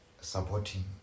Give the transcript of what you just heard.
supporting